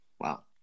Wow